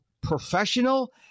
professional